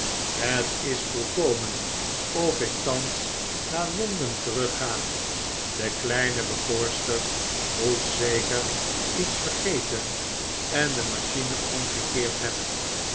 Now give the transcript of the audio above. het is volkomen of ik thans naar londen terug ga de kleine bekoorster moet zeker iets vergeten en de machine omgekeerd hebben